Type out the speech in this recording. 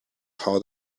how